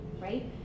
right